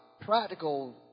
practical